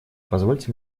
позвольте